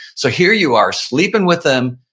so here you are sleeping with them,